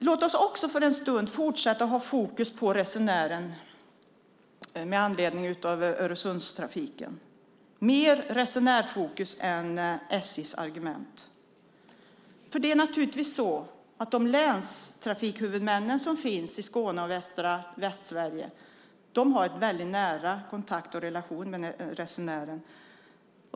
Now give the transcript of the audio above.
Låt oss också för en stund fortsätta att ha fokus på resenären i Öresundstrafiken, mer resenärsfokus än fokus på SJ:s argument. De länstrafikhuvudmän som finns i Skåne och Västsverige har en nära kontakt med resenärer.